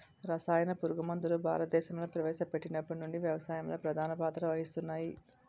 రసాయన పురుగుమందులు భారతదేశంలో ప్రవేశపెట్టినప్పటి నుండి వ్యవసాయంలో ప్రధాన పాత్ర వహిస్తున్నాయి